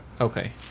Okay